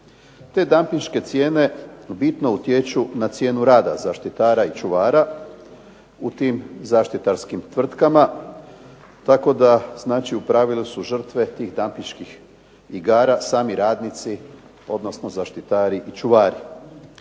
Te dampinške cijene bitno utječu na cijenu rada zaštitara i čuvara u tim zaštitarskim tvrtkama tako da znači u pravilu su žrtve tih dampinških igara sami radnici odnosno zaštitari i čuvari.